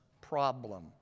problem